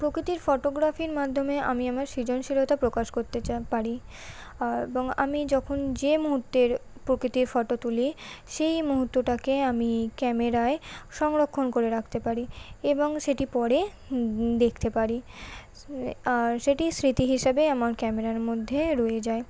প্রকৃতির ফোটোগ্রাফির মাধ্যমে আমি আমার সৃজনশীলতা প্রকাশ করতে চা পারি এবং আমি যখন যে মুহুর্তের প্রকৃতির ফোটো তুলি সেই মুহুর্তটাকে আমি ক্যামেরায় সংরক্ষণ করে রাখতে পারি এবং সেটি পরে দেখতে পারি আর সেটি স্মৃতি হিসাবে আমার ক্যামেরার মধ্যে রয়ে যায়